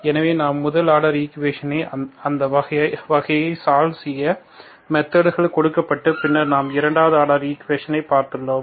எனவே நாம் முதல் ஆர்டர் ஈக்குவேஷனில் அந்த வகையை சால்வ் செய்ய மெத்தெட்கள் கொடுக்கப்பட்டு பின்னர் நாம் இரண்டாவது ஆர்டர் ஈக்குவேஷனை பார்த்துள்ளோம்